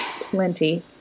Plenty